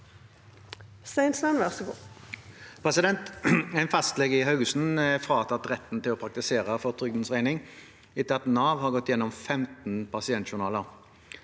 «En fastlege i Haugesund er fratatt retten til å praktisere for trygdens regning etter at Nav har gått gjennom 15 pasientjournaler.